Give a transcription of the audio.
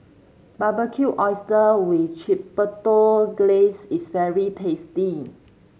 Barbecued Oysters with Chipotle Glaze is very tasty